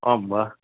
आं वा